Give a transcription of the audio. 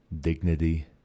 dignity